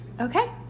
Okay